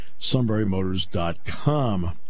sunburymotors.com